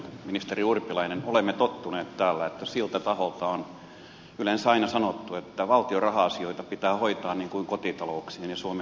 ministeri urpilainen olemme tottuneet täällä että siltä taholta on yleensä aina sanottu että valtion raha asioita pitää hoitaa niin kuin kotitalouksien ja suomen yritysten